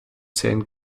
zählen